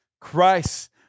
Christ